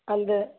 அந்த